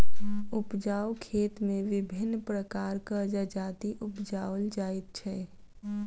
उपजाउ खेत मे विभिन्न प्रकारक जजाति उपजाओल जाइत छै